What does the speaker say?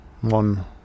one